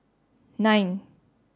nine